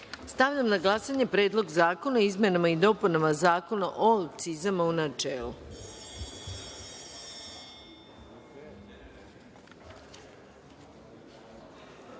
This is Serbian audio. stavljam na glasanje Predlog zakona o izmenama i dopunama Zakona o akcizama, u